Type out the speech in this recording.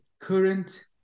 current